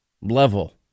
level